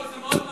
זה מאוד מעניין,